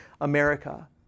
America